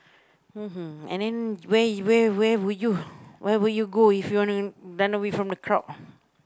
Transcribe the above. (uh huh) and then where you where where where were you where were you go if you wanna run away from the crowd